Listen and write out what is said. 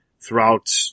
throughout